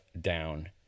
down